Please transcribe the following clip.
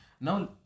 Now